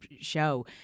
show